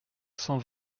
cent